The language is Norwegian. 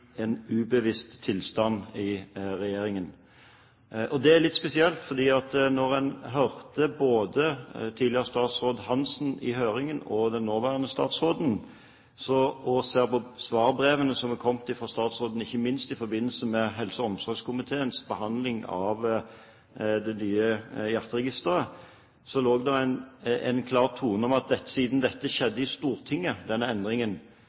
en ubevisst tilstand i regjeringen. Det er litt spesielt, for da man hørte både tidligere statsråd Hanssen og den nåværende statsråden i høringen, og ser på svarbrevene som er kommet fra statsråden, ikke minst i forbindelse med helse- og omsorgskomiteens behandling av det nye hjerteregisteret, lå det en klar tone om at siden denne endringen skjedde i Stortinget, hadde det